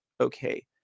Okay